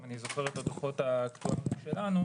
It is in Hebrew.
אם אני זוכר את הדוחות האקטואריים שלנו,